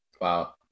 wow